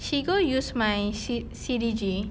she go use my C~ C_D_G